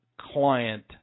client